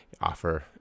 offer